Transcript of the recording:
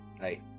Hey